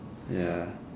ya